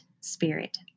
spirit